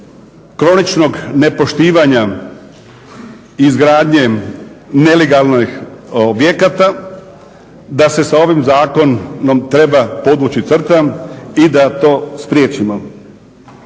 kroničnog nepoštivanja izgradnje nelegalnih objekata da se sa ovim zakonom treba podvući crta i da to spriječimo.